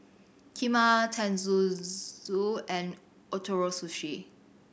Kheema Tenmusu and Ootoro Sushi